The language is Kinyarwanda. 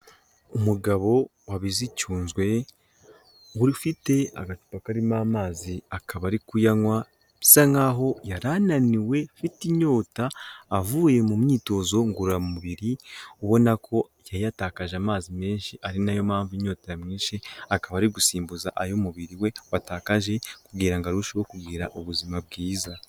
Umugabo wabizi icyunzwe, wari ufite agacupa karimo amazi, akaba ari kuyanywa bisa nk'aho yari ananiwe, afite inyota, avuye mu myitozo ngororamubiri ubona ko yari yatakaje amazi menshi, ari na yo mpamvu inyota yamwishe akaba ari gusimbuza ay'umubiri we watakaje kugira ngo arusheho kugira ubuzima bwiza